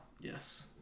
Yes